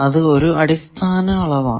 അത് ഒരു അടിസ്ഥാന അളവാണ്